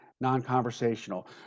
non-conversational